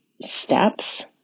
steps